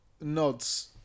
nods